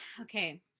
Okay